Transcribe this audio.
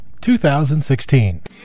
2016